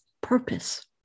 purpose